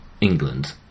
England